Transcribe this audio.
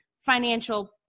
financial